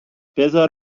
بذار